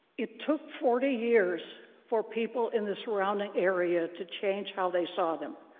it took forty years for people in the surrounding area to change how they saw them.